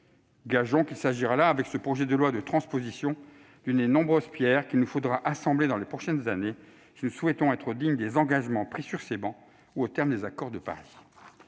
Gageons que ce projet de loi de transposition sera l'une des nombreuses pierres qu'il nous faudra assembler dans les prochaines années si nous souhaitons être dignes des engagements pris ici ou dans le cadre de l'accord de Paris.